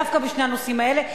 דווקא בשני הנושאים האלה,